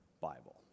Bible